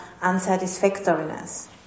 unsatisfactoriness